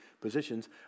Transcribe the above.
positions